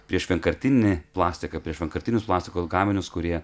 prieš vienkartinį plastiką prieš vienkartinius plastiko gaminius kurie